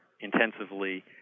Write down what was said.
intensively